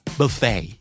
buffet